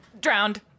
Drowned